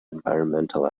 environmental